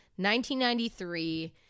1993